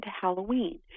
Halloween